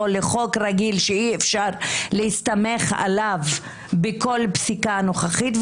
לחוק רגיל שאי-אפשר להסתמך עליו בפסיקה הנוכחית?